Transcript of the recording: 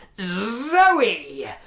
Zoe